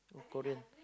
Korean